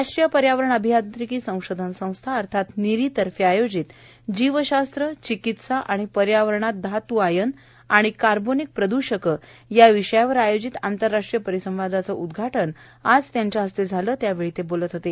राष्ट्रीय पर्यावरण अभियांत्रिकी संशोधन संस्था अर्थात निरी तर्फे आयोजित जीवशास्त्र चिकित्सा आणि पर्यावरणात धातू आयन आणि कार्बोनिक प्रदुषके या विषयावर आयोजित आंतरराष्ट्रीय परिसंवादाचे उदघाटन आज त्यांच्या हस्ते झालं त्यावेळी ते बोलत होते